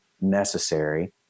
necessary